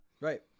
Right